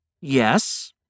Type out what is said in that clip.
Yes